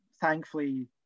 thankfully